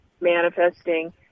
manifesting